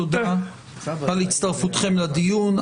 תודה על הצטרפותכם לדיון.